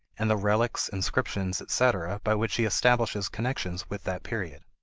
and the relics, inscriptions, etc, by which he establishes connections with that period.